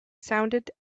sounded